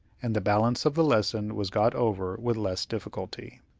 and the balance of the lesson was got over with less difficulty.